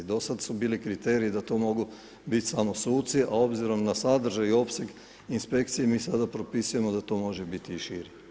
Do sad su bili kriteriji da to mogu biti samo suci, a obzirom na sadržaj i opseg inspekcije mi sada propisujemo da to može biti i širi.